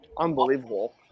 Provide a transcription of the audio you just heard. Unbelievable